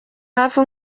hafi